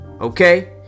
Okay